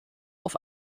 auf